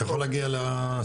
אתה יכול להגיע לסיכום?